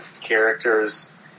characters